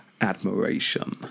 admiration